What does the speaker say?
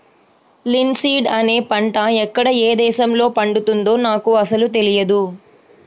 linseed అనే పంట ఎక్కడ ఏ దేశంలో పండుతుందో నాకు అసలు తెలియదు